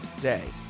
day